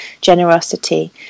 generosity